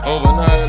Overnight